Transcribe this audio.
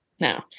No